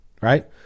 right